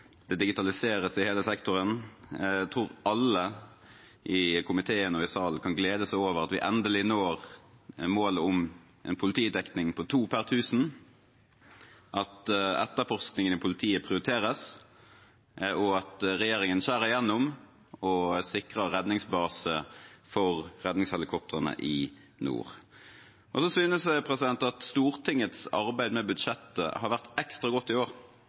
Det digitaliseres i hele sektoren. Jeg tror alle i komiteen og i salen kan glede seg over at vi endelig når målet om en politidekning på to per tusen innbyggere, at etterforskningen i politiet prioriteres, og at regjeringen skjærer igjennom og sikrer redningsbase for redningshelikoptrene i nord. Jeg synes Stortingets arbeid med budsjettet har vært ekstra godt i år.